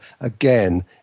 again